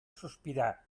sospirar